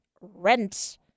rent